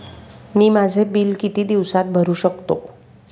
मी माझे बिल किती दिवसांत भरू शकतो?